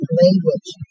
language